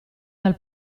dal